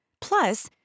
Plus